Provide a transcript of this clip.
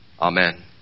Amen